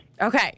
Okay